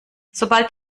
sobald